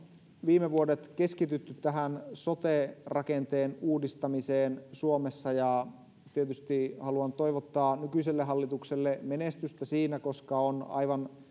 viime vuodet keskitytty tähän sote rakenteen uudistamiseen suomessa ja tietysti haluan toivottaa nykyiselle hallitukselle menestystä siinä koska on aivan